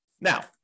Now